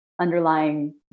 underlying